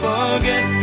forget